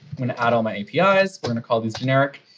going to add all my apis, we're going to call these generic.